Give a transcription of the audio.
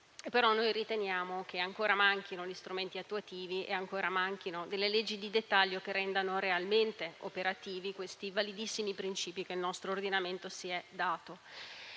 però noi riteniamo che ancora manchino gli strumenti attuativi e delle leggi di dettaglio che rendano realmente operativi questi validissimi principi che il nostro ordinamento si è dato.